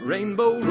Rainbow